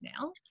now